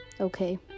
Okay